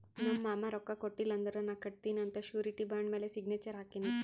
ನಮ್ ಮಾಮಾ ರೊಕ್ಕಾ ಕೊಟ್ಟಿಲ್ಲ ಅಂದುರ್ ನಾ ಕಟ್ಟತ್ತಿನಿ ಅಂತ್ ಶುರಿಟಿ ಬಾಂಡ್ ಮ್ಯಾಲ ಸಿಗ್ನೇಚರ್ ಹಾಕಿನಿ